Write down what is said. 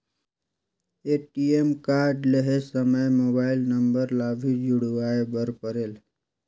ATM card लहे समय mobile number ला भी जुड़वाए बर परेल?